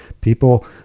People